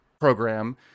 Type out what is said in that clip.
program